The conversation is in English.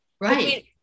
Right